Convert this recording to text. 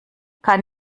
kann